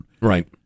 Right